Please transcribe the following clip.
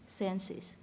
senses